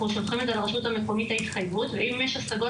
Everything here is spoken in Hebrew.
שולחים לרשות המקומית את ההתחייבות ואם יש השגות